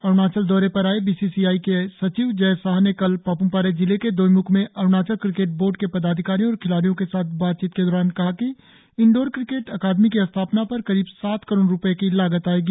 अरुणाचल दौरे पर आए बी सी सी आई के सचिव जय शाह ने कल पाप्मपारे जिले के दोईम्ख में अरुणाचल क्रिकेट बोर्ड के पदाधिकारियों और खिलाड़ियों के साथ बातचीत के दौरान कहा कि इंडोर क्रिकेट अकादमी की स्थापना पर करीब सात करोड़ रुपये की लागत आएगी